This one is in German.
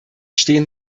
stehen